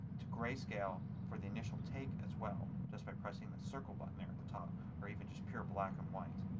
to greyscale for the initial take as well just by pressing the circle button there at the top or even just pure black and white.